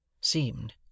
seemed